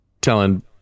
telling